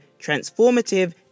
transformative